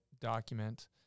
document